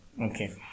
Okay